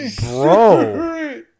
bro